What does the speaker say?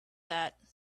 that